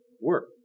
work